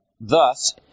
Thus